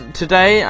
today